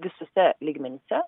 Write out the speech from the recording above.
visuose lygmenyse